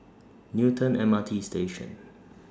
Newton M R T Station